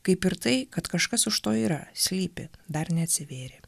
kaip ir tai kad kažkas iš to yra slypi dar neatsivėrė